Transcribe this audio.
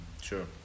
Sure